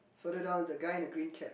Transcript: further down the guy in the green cap